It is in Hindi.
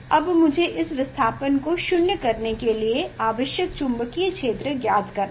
अब मुझे इस विस्थापन को शून्य करने के लिए आवश्यक चुम्बकीय क्षेत्र ज्ञात करना है